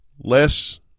Less